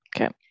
Okay